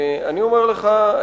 ואני אומר לך,